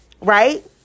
right